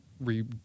re